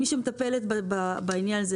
מי שמטפלת בעניין הזה